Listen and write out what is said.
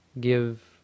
give